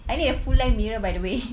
I need a full length mirror by the way